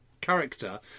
character